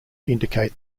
indicate